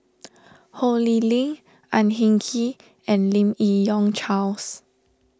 Ho Lee Ling Ang Hin Kee and Lim Yi Yong Charles